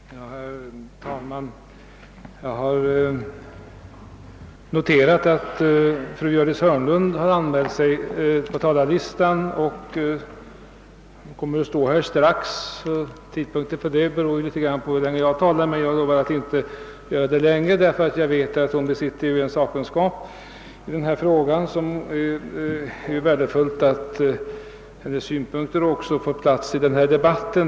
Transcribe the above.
Herr talman! Jag har noterat att fru Hörnlund har anmält sig på talarlistan och att hon strax kommer att stå här. Tidpunkten för detta beror på hur länge jag talar. Jag lovar att inte tala länge, därför att jag vet att hon besitter särskild sakkunskap i denna fråga och att det därför är värdefullt att hon får tillfälle att mera utförligt utveckla sina synpunkter.